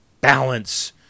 balance